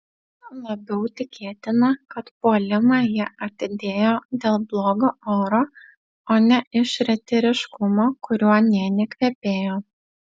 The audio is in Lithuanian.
labiau tikėtina kad puolimą jie atidėjo dėl blogo oro o ne iš riteriškumo kuriuo nė nekvepėjo